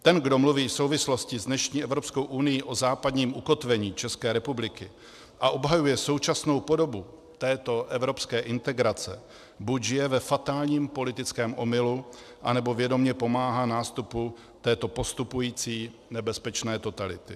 Ten, kdo mluví v souvislosti s dnešní EU o západním ukotvení České republiky a obhajuje současnou podobu této evropské integrace, buď žije ve fatálním politickém omylu, anebo vědomě pomáhá nástupu této postupující nebezpečné totality.